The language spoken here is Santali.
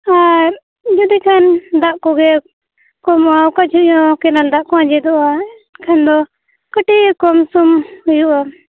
ᱟᱨ ᱡᱩᱫᱤ ᱠᱷᱟᱱ ᱫᱟᱜ ᱠᱚᱜᱮ ᱠᱚᱢᱚᱜᱼᱟ ᱚᱠᱟ ᱡᱩᱠᱷᱟᱹᱡ ᱦᱚᱸ ᱠᱮᱱᱮᱞ ᱫᱟᱜ ᱠᱚ ᱟᱸᱡᱮᱫᱚᱜᱼᱟ ᱮᱱᱠᱷᱟᱱ ᱫᱚ ᱠᱟᱹᱴᱤᱡ ᱠᱚᱢ ᱥᱚᱢ ᱦᱩᱭᱩᱜᱼᱟ